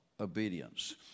obedience